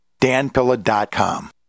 danpilla.com